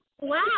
Wow